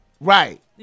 Right